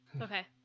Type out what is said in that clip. Okay